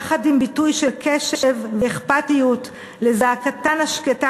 יחד עם ביטוי של קשב ואכפתיות לזעקתן השקטה